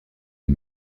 est